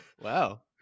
Wow